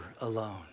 alone